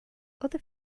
other